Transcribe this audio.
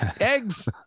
Eggs